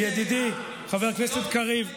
זכויות ישראלים, חבר הכנסת קריב,